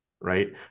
right